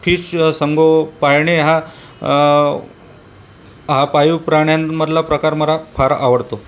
संगो पाळणे हा पाळीव प्राण्यांमधला प्रकार मला फार आवडतो